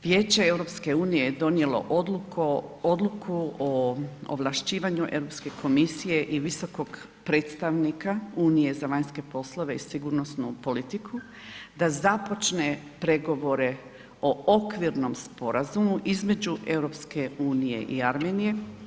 Vijeće EU je donijelo odluku o ovlašćivanju Europske komisije i visokog predstavnika unije za vanjske poslove i sigurnosnu politiku da započne pregovore o okvirnom sporazumu između EU i Armenije.